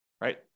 right